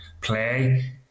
play